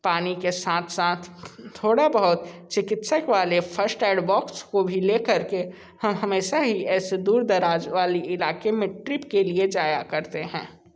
पानी के साथ साथ थोड़ा बहुत चिकित्सक वाले फ़र्स्ट ऐड बॉक्स को भी ले कर के हम हमेशा ही ऐसे दूर दराज़ वाले इलाक़े में ट्रिप के लिए जाया करते हैं